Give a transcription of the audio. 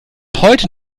heute